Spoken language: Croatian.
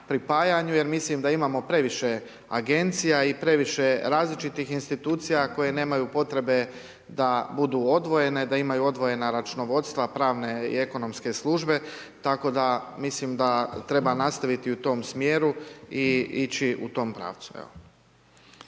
pripajanju, jer mislim da imamo previše Agencija i previše različitih institucija koje nemaju potrebe da budu odvojene, da imaju odvojena računovodstva, pravne i ekonomske službe, tako da mislim da treba nastaviti u tom smjeru i ići u tom pravcu.